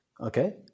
Okay